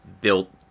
built